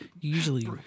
Usually